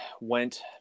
went